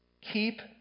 Keep